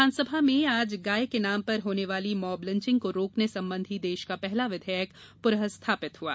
विधानसभा में आज गाय के नाम पर होने वाली मॉबलिंचिंग को रोकने संबंधी देश का पहला विधेयक प्रःस्थापित हुआ